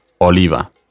oliva